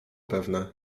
pewne